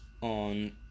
on